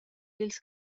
dils